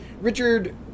Richard